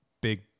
big